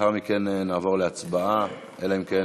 לאחר מכן נעבור להצבעה, אלא אם כן